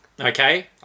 Okay